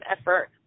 effort